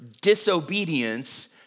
disobedience